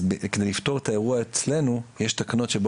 כדי לפתור את האירוע אצלנו יש תקנות,